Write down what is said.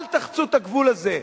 אל תחצו את הגבול הזה.